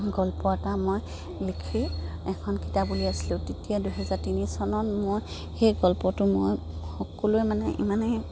গল্প এটা মই লিখি এখন কিতাপ উলিয়াইছিলোঁ তেতিয়া দুহেজাৰ তিনি চনত মই সেই গল্পটো মই সকলোৱে মানে ইমানে